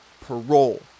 parole